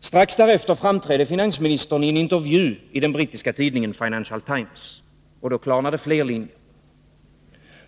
Strax därefter framträdde finansministern i en intervju i den brittiska tidningen Financial Times. Då klarnade fler linjer.